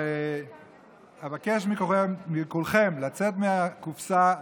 אבקש מכולכם לצאת מהקופסה,